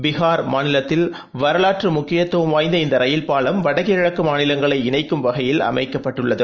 பிகார் மாநிலத்தில் வரலாற்று முக்கியத்துவம் வாய்ந்த இந்த ரயில் பாலம் வட கிழக்கு மாநிலங்களை இணைக்கும் வகையில் அமைக்கப்பட்டுள்ளது